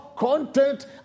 Content